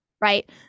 right